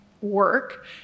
work